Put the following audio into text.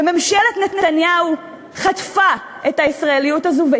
וממשלת נתניהו חטפה את הישראליות הזאת,